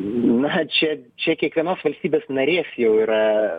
na čia čia kiekvienos valstybės narės jau yra